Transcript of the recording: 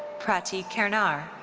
pratik khairnar.